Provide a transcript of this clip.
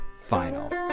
final